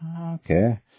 okay